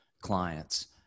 clients